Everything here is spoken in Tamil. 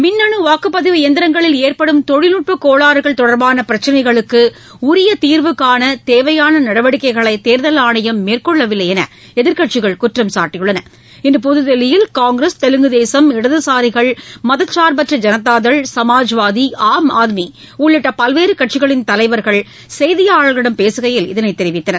மின்னு வாக்குப்பதிவு இயந்திரங்களில் ஏற்படும் தொழில்நுட்பக் கோளாறுகள் தொடர்பான பிரச்சினைகளுக்கு உரிய தீர்வு காண தேவையான நடவடிக்கைகளை தேர்தல் ஆணையம் மேற்கொள்ளவில்லை என்று எதிர்க்கட்சிகள் குற்றம் சாட்டின இன்று புதுதில்லியில் காங்கிரஸ் தெலுங்கு தேசம் இடதுசாரிகள் மதச்சார்பற்ற ஜனதா தள் சமாஜ்வாதி ஆம் ஆத்மி உள்ளிட்ட பல்வேறு கட்சிகளின் தலைவர்கள் செய்தியாளர்களிடம் பேசுகையில் இதனைத் தெரிவித்தனர்